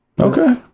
okay